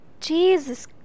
Jesus